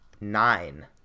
nine